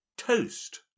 Toast